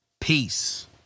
Peace